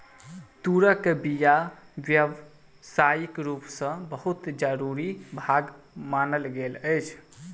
तूरक बीया व्यावसायिक रूप सॅ बहुत जरूरी भाग मानल गेल अछि